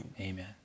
Amen